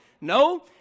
No